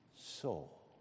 soul